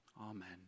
Amen